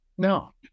No